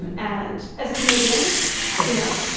and and as a canadian show, you know,